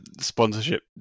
sponsorship